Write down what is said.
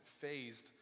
phased